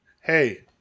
hey